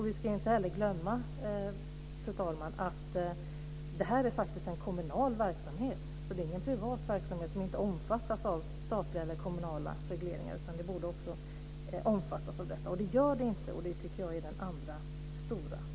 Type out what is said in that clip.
Vi ska inte heller glömma, fru talman, att det här faktiskt är en kommunal verksamhet. Det är ingen privat verksamhet som inte omfattas av statliga eller kommunala regleringar, utan det är en verksamhet som borde omfattas av detta och det gör den inte. Det tycker jag är den andra stora bristen.